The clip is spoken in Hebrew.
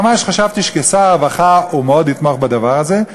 ממש חשבתי שכשר הרווחה הוא מאוד יתמוך בדבר הזה,